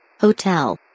Hotel